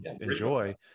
enjoy